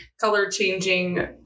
color-changing